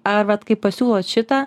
ar vat kai pasiūlot šitą